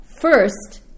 first